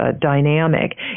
dynamic